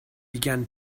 began